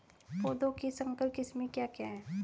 पौधों की संकर किस्में क्या क्या हैं?